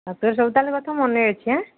ଆଉ ତୋର ସବୁ ତାହାଲେ କଥା ମନେ ଅଛି ଆଁ